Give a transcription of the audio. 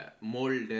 mold